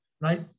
right